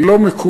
היא לא מקובלת,